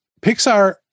Pixar